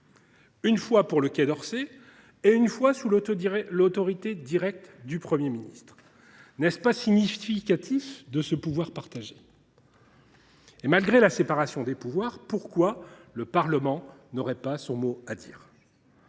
rattachement au Quai d’Orsay et une fois sous l’autorité directe du Premier ministre. N’était ce pas significatif de ce pouvoir partagé ? Et, malgré la séparation des pouvoirs, pourquoi le Parlement n’aurait il pas son mot à dire